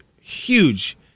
huge